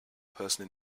person